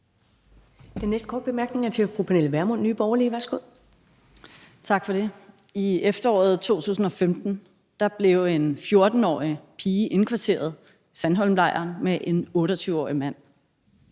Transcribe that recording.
Den næste korte bemærkning er til fru Pernille Vermund, Nye Borgerlige. Værsgo. Kl. 10:15 Pernille Vermund (NB): Tak for det. I efteråret 2015 blev en 14-årig pige indkvarteret i Sandholmlejren med en 28-årig mand.